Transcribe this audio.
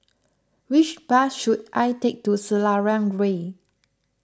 which bus should I take to Selarang Way